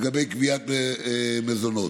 לגבי מזונות.